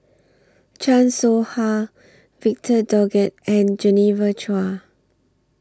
Chan Soh Ha Victor Doggett and Genevieve Chua